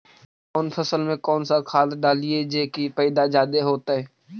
कौन फसल मे कौन सा खाध डलियय जे की पैदा जादे होतय?